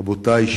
רבותי,